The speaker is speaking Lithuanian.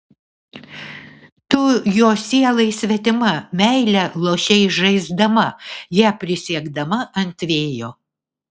tu jo sielai svetima meilę lošei žaisdama ją prisiekdama ant vėjo